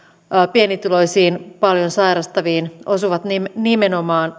pienituloisiin paljon sairastaviin osuvat nimenomaan